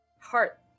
heart